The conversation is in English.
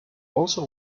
also